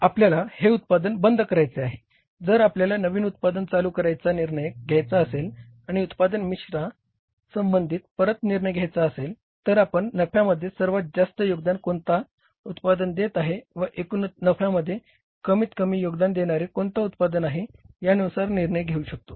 आपल्याला हे उत्पादन बंद करायचे आहे जर आपल्याला नवीन उत्पादन चालू करायचा निर्णय घ्यायचा असेल आणि उत्पादन मिश्रा संबंधित परत निर्णय घ्यायचा असेल तर आपण नफ्यामध्ये सर्वात जास्त योगदान कोणता उत्पादन देत आहे व एकूण नफ्यामध्ये कमीतकमी योगदान देणारे कोणता उत्पादन आहे यानुसार निर्णय घेऊ शकतो